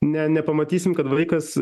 ne nepamatysim kad vaikas